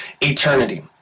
eternity